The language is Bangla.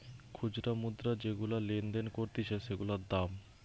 খুচরা মুদ্রা যেগুলা লেনদেন করতিছে সেগুলার দাম